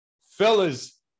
fellas